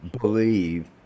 believe